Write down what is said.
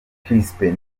chrispin